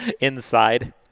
Inside